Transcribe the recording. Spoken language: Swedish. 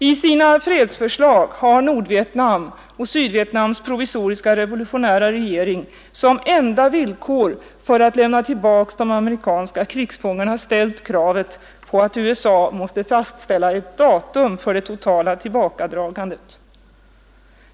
I sina fredsförslag har Nordvietnam och Sydvietnams provisoriska revolutionära regering som enda villkor för att frige de amerikanska krigsfångarna uppställt kravet att USA måste fastställa ett datum för det totala tillbakadragandet.